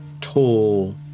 tall